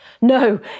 No